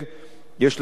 יש להן הישגים